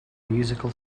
musical